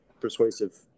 persuasive